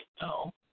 No